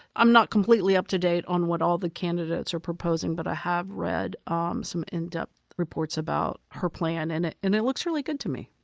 i'm not completely up to date on what all the candidates are proposing, but i have read um some in depth reports about her plan and it and it looks really good to me.